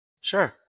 Sure